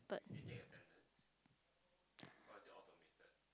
but